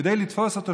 כדי לתפוס אותו,